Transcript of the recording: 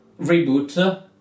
Reboot